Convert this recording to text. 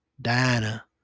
Diana